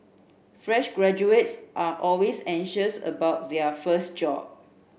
fresh graduates are always anxious about their first job